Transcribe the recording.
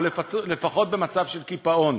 או לפחות במצב של קיפאון.